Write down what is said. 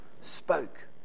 spoke